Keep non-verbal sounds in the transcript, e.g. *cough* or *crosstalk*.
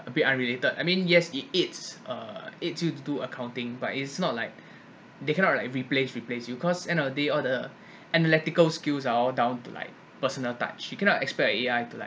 a bit unrelated I mean yes it is uh it's to do accounting but it's not like *breath* they cannot like replace replace you because end of the days all the analytical skills are all down to like personal touch you cannot expect a A_I to like